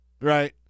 right